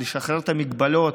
לשחרר את המגבלות.